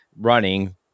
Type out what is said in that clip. running